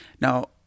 Now